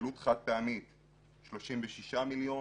כעלות חד-פעמית 36 מיליון